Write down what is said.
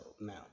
Now